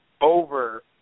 over –